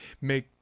make